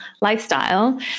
lifestyle